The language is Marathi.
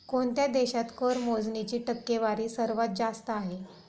कोणत्या देशात कर मोजणीची टक्केवारी सर्वात जास्त आहे?